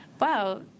wow